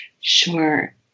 Sure